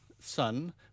Sun